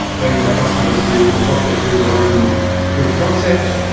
leading the customers do, or prospects do their own proof of concept,